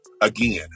again